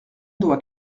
doit